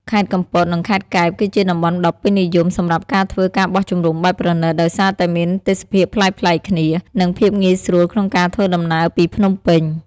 ខេត្តកំពត និងខេត្តកែប គឺជាតំបន់ដ៏ពេញនិយមសម្រាប់ការធ្វើ ការបោះជំរំបែបប្រណីត ដោយសារតែមានទេសភាពប្លែកៗគ្នា និងភាពងាយស្រួលក្នុងការធ្វើដំណើរពីភ្នំពេញ។